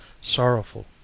sorrowful